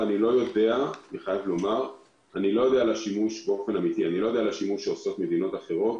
אני חייב לומר שאני לא יודע על השימוש שעושות מדינות אחרות